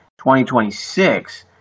2026